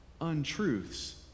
untruths